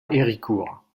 héricourt